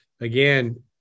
again